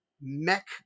mech